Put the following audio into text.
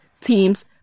teams